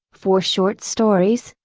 four short stories,